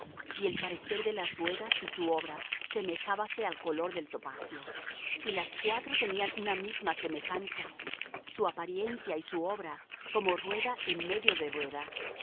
y el parecer de las ruedas y su obra semejábase al color del topacio y las cuatro tenían una misma semejanza su apariencia y su obra como rueda en medio de rueda